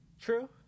True